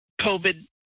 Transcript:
COVID